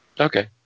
Okay